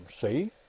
see